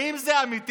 האם זה אמיתי?